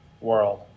world